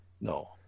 no